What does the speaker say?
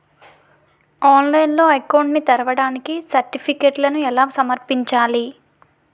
ఆన్లైన్లో అకౌంట్ ని తెరవడానికి సర్టిఫికెట్లను ఎలా సమర్పించాలి?